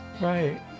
right